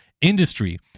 industry